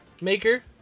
Maker